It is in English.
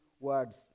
words